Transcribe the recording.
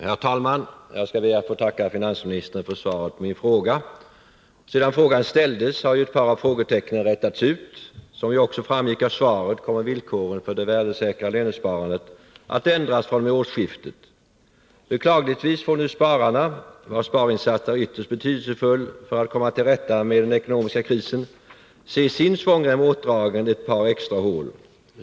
Herr talman! Jag skall be att få tacka ekonomioch budgetministern för svaret på min fråga. Sedan frågan ställdes har ju ett par av frågetecknen rätats ut. Som ju också framgick av svaret kommer villkoren för det värdesäkra lönesparandet att ändras fr.o.m. årsskiftet. Beklagligtvis får nu spararna, vilkas sparinsats är ytterst betydelsefull för att vi skall komma till rätta med den ekonomiska krisen, se sin svångrem åtdragen ett par extra hål.